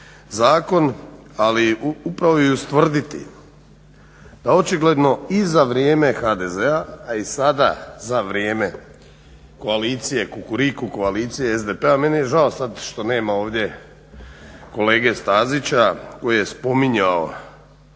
zakon ali upravo i ustvrditi da očigledno i za vrijeme HDZ-a a i sada za vrijeme koalicije, Kukuriku koalicije SDP-a, meni je žao sad što nema ovdje kolege Stazića koji je spominjao